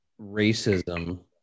racism